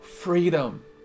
freedom